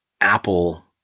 Apple